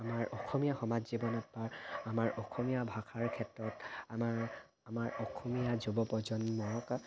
আমাৰ অসমীয়া সমাজ জীৱনত আমাৰ অসমীয়া ভাষাৰ ক্ষেত্ৰত আমাৰ আমাৰ অসমীয়া যুৱপ্ৰজন্মৰ লগত